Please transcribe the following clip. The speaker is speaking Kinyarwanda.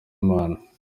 imana